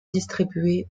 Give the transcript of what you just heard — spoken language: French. distribué